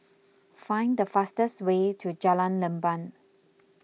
find the fastest way to Jalan Leban